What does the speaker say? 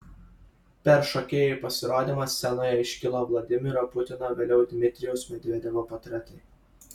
per šokėjų pasirodymą scenoje iškilo vladimiro putino vėliau dmitrijaus medvedevo portretai